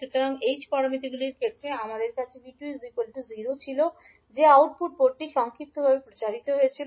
সুতরাং h প্যারামিটারগুলির ক্ষেত্রে আমাদের কাছে 𝐕2 0 ছিল যে আউটপুট পোর্টটি সংক্ষিপ্তভাবে প্রচারিত হয়েছিল